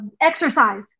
exercise